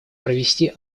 провести